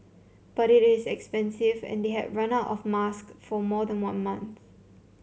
but it is expensive and they had run out of mask for more than a month